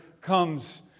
comes